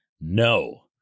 no